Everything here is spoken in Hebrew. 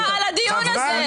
--- על הדיון הזה.